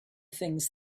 things